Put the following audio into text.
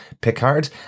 Picard